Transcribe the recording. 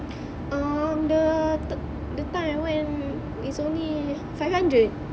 um the the time I went is only five hundred